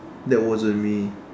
that wasn't me